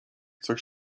coś